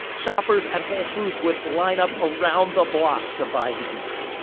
shoppers at whole foods would line up around the block to buy his meat.